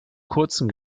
kurzen